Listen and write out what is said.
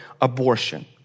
abortion